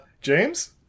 James